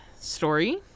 story